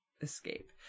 escape